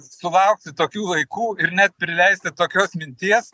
sulaukti tokių laikų ir net prileisti tokios minties